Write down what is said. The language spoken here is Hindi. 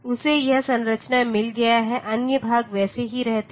उसे यह संरचना मिल गया है अन्य भाग वैसे ही रहते है